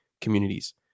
communities